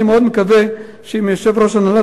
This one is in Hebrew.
אני מאוד מקווה שעם יושב-ראש הנהלת